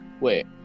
Wait